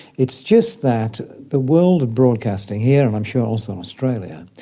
it's just that the world of broadcasting here, and i'm sure also in australia,